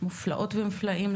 מופלאות ומופלאים,